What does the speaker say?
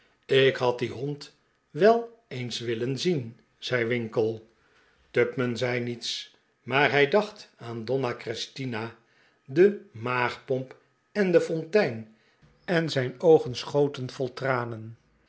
ik had dien hond wel eens willen zien zei winkle tupman zei niets maar hij dacht aan donna christina de maagpompen de fontein en zijn oogen schoten vol tranen